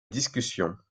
discussion